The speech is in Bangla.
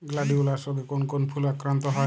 গ্লাডিওলাস রোগে কোন কোন ফুল আক্রান্ত হয়?